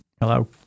Hello